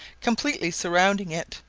completely surrounding it,